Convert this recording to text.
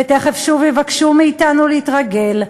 ותכף שוב יבקשו מאתנו להתרגל,